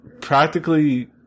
practically